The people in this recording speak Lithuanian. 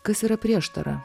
kas yra prieštara